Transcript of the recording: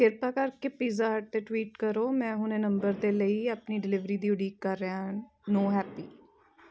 ਕਿਰਪਾ ਕਰਕੇ pizza hut 'ਤੇ ਟਵੀਟ ਕਰੋ ਮੈਂ ਹੁਣੇ ਨੰਬਰ ਦੇ ਲਈ ਆਪਣੀ ਡਿਲੀਵਰੀ ਦੀ ਉਡੀਕ ਕਰ ਰਿਹਾ ਹਾਂ ਨੋ ਹੈਪੀ